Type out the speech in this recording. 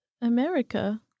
America